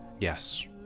Yes